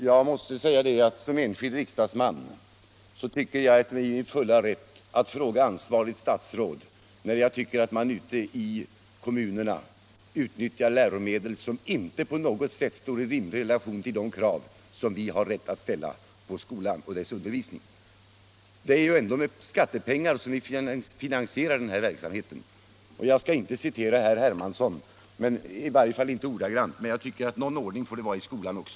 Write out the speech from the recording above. Herr talman! Jag tycker att jag som enskild riksdagsman är i min fulla rätt att fråga ansvarigt statsråd när jag anser att man ute i kommunerna utnyttjar läromedel som inte på något sätt står i rimlig relation till de krav som vi har rätt att ställa på skolan och dess undervisning. Det är ju ändå med skattepengar som vi finansierar den här verksamheten. Jag skall inte citera herr Hermansson - i varje fall inte ordagrant — men jag tycker att någon ordning får det vara i skolan också.